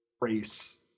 race